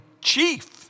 chief